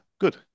good